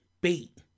bait